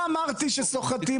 לא, אתה אומר סוחטים אותו.